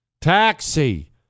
taxi